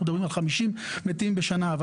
אנחנו מדברים על 50 מתים בשנה אבל